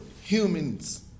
humans